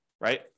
right